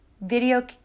video